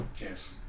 Yes